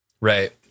Right